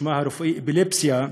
ושמה הרפואי: אפילפסיה,